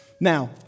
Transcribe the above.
Now